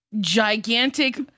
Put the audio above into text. gigantic